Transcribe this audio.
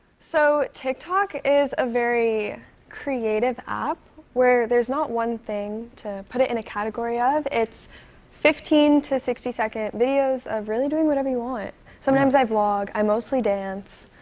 so, tiktok is a very creative app where there's not one thing to put it in a category of. it's fifteen to sixty second videos of really doing whatever you want. sometimes i vlog. i mostly dance.